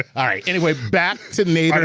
all right, anyway, back to.